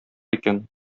икән